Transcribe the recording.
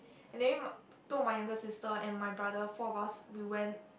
and then two of my younger sister and my brother four of us we went